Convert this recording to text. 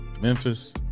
Memphis